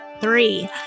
three